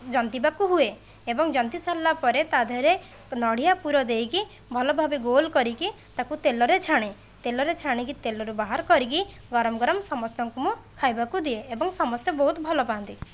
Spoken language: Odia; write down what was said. ଜନ୍ତିବାକୁ ହୁଏ ଏବଂ ଜନ୍ତିସାରିଲା ପରେ ତା' ଦେହରେ ନଡ଼ିଆ ପୁର ଦେଇକି ଭଲ ଭାବେ ଗୋଲ୍ କରିକି ତାକୁ ତେଲରେ ଛାଣେ ତେଲରେ ଛାଣିକି ତେଲରୁ ବାହାର କରିକି ଗରମ ଗରମ ସମସ୍ତଙ୍କୁ ମୁଁ ଖାଇବାକୁ ଦିଏ ଏବଂ ସମସ୍ତେ ବହୁତ ଭଲପାଆନ୍ତି